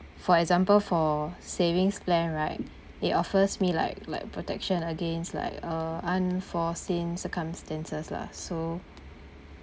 for example for savings plan right they offers me like like protection against like uh unforeseen circumstances lah so